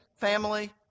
family